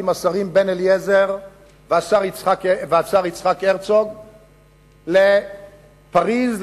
עם השרים בן-אליעזר ויצחק הרצוג לפריס,